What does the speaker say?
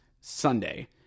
Sunday